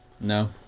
No